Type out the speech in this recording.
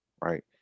right